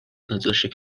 ნაწილში